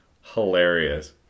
hilarious